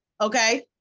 okay